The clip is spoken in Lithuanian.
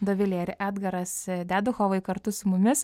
dovilė ir edgaras deduchovai kartu su mumis